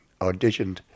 auditioned